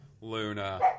Luna